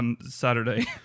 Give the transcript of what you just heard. Saturday